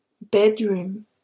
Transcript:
Bedroom